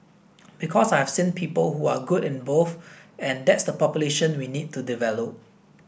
because I've seen people who are good in both and that's the population we need to develop